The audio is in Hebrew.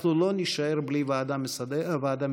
אנחנו לא נישאר בלי ועדה מסדרת,